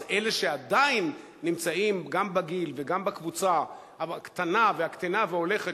אז אלה שעדיין נמצאים גם בגיל וגם בקבוצה הקטנה והקטנה והולכת